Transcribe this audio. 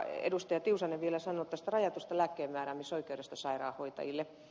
tiusanen vielä sanoa tuosta rajatusta lääkkeenmääräämisoikeudesta sairaanhoitajille